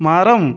மரம்